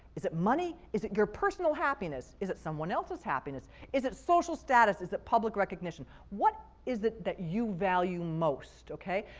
is it money? is it your personal happiness? is it someone else's happiness? is it social status? is it public recognition? what is it that you value most, okay?